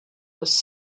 was